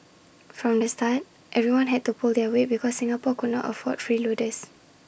from the start everyone had to pull their weight because Singapore could not afford freeloaders